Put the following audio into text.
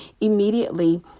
immediately